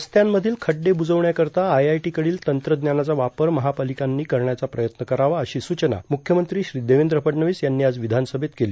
रस्त्यांमधील खड्डे बुजवण्याकरता आयआयटीकडील तंत्रज्ञानाचा वापर महापालिकांनी करण्याचा प्रयत्न करावा अशी सूचना मुख्यमंत्री श्री देवेंद्र फडणवीस यांनी आज विधानसभेत केली